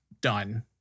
done